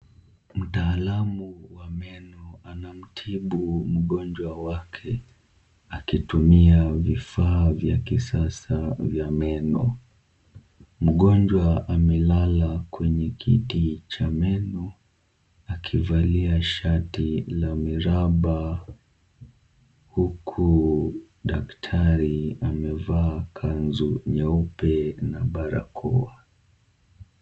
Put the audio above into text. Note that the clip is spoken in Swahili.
Mtaalamu wa meno anamtibu mgonjwa wake akitumia vifaa vya kisasa vya meno . Mgonjwa amelala kwenye kiti cha meno akivalia shati la miraba huku daktari amevaa kanzu nyeupe na barakoa.